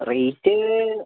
rate